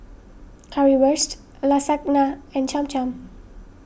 Currywurst Lasagna and Cham Cham